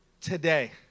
today